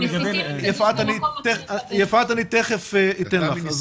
גם לגדל ילדים זה --- יפעת, תכף אתן לך.